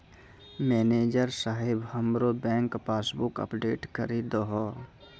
manager साहेब हमरो bank passbook update करि दहो